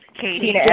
Katie